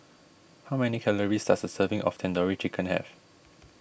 how many calories does a serving of Tandoori Chicken have